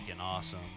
awesome